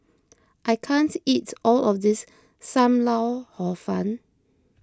I can't eat all of this Sam Lau Hor Fun